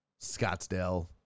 Scottsdale